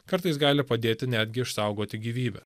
kartais gali padėti netgi išsaugoti gyvybę